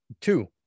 Two